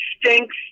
stinks